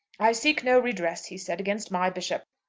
i seek no redress, he said, against my bishop.